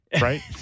right